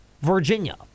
Virginia